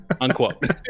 unquote